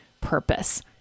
purpose